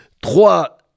trois